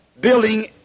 building